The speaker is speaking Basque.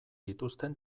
dituzten